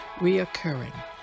reoccurring